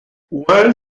one